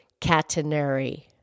catenary